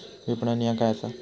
विपणन ह्या काय असा?